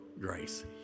grace